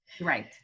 Right